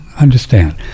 Understand